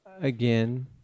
Again